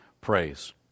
praise